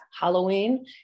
Halloween